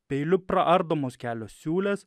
peiliu praardomos kelios siūlės